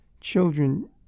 children